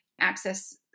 access